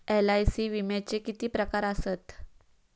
LIC विम्याचे किती प्रकार आसत?